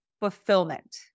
fulfillment